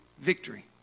victory